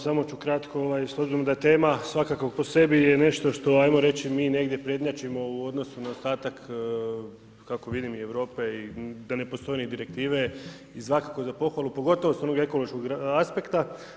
Samo ću kratko s obzirom da je tema svakako po sebi je nešto što hajmo reći mi negdje prednjačimo u odnosu na ostatak kako vidim i Europe i da ne postoje ni direktive i svakako je za pohvalu pogotovo sa onog ekološkog aspekta.